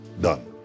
Done